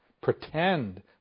pretend